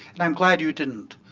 and i'm glad you didn't.